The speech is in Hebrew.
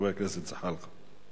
חבר הכנסת זחאלקה.